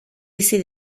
bizi